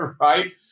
right